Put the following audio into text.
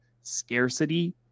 scarcity